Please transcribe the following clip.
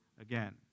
again